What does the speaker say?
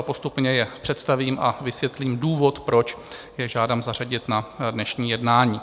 Postupně je představím a vysvětlím důvod, proč je žádám zařadit na dnešní jednání.